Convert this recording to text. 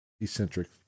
eccentric